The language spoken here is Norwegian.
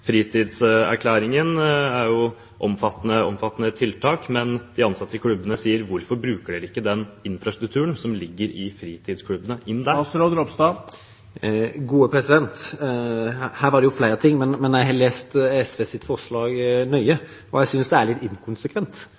Fritidserklæringen er et omfattende tiltak, men de ansatte i klubbene spør: Hvorfor bruker man ikke den infrastrukturen som ligger i fritidsklubbene, der? Her var det flere ting, men jeg har lest SVs forslag nøye, og jeg synes det er litt inkonsekvent.